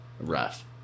rough